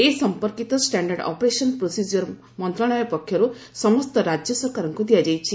ଏ ସମ୍ପର୍କୀତ standard operating procedure ମନ୍ତ୍ରଣାଳୟ ପକ୍ଷରୁ ସମସ୍ତ ରାଜ୍ୟ ସରକାରଙ୍କୁ ଦିଆଯାଇଛି